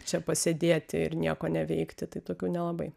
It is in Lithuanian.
čia pasėdėti ir nieko neveikti tai tokių nelabai